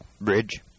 Bridge